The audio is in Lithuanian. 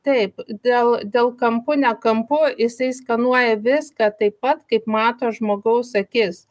taip dėl dėl kampu ne kampu jisai skanuoja viską taip pat kaip mato žmogaus akis